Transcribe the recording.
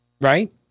right